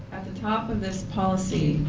top of this policy,